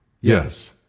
Yes